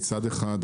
מצד אחד,